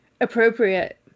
appropriate